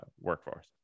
workforce